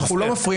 אנחנו לא מפריעים,